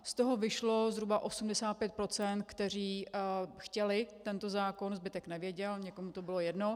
Z toho vyšlo zhruba 85 %, kteří chtěli tento zákon, zbytek nevěděl, někomu to bylo jedno.